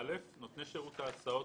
לנותני שירות ההסעות,